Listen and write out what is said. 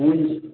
हुन्छ